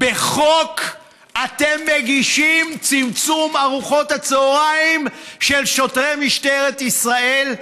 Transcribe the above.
בחוק אתם מגישים צמצום ארוחות הצוהריים של שוטרי משטרת ישראל?